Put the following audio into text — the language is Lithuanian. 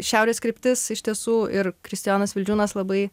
šiaurės kryptis iš tiesų ir kristijonas vildžiūnas labai